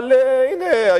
אבל הנה,